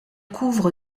couvre